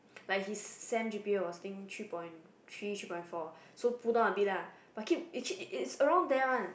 like his sem g_p_a was think three point three three point four so pull down a bit lah but keep it keep it is around there one